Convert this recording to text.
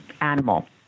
animal